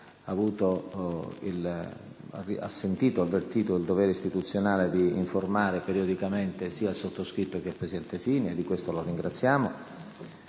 la quale ha avvertito il dovere istituzionale di informare periodicamente sia il sottoscritto che il presidente Fini, e di questo la ringraziamo.